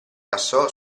passò